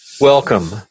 welcome